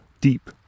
deep